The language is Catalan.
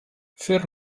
fer